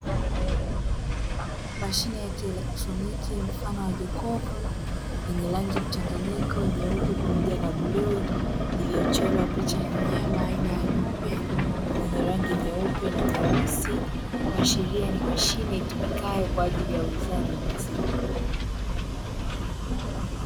Mashine ya kielektroniki mfano wa jokofu yenye rangi mchanganyiko nyeupe pamoja na bluu, iliyochorwa picha ya mnyama aina ya ng'ombe mwenye rangi nyeupe na nyeusi, kuashiria ni mashine itumikayo kwa ajili ya uuzaji wa maziwa.